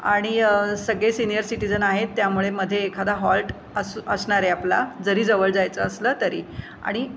आणि सगळे senior citizen आहेत त्यामुळे मध्ये एखादा हॉल्ट असू असणारे आपला जरी जवळ जायचं असलं तरी आणि